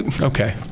Okay